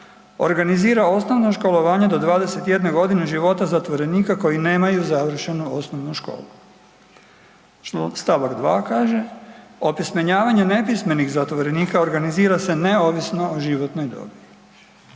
organizira osnovno školovanje do 21 godine života zatvorenika koji nemaju završenu osnovnu školu. Stavak 2. kaže, opismenjavanje nepismenih zatvorenika organizira se neovisno o životnoj dobi.“